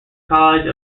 college